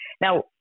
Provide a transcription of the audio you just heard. Now